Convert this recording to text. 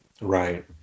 Right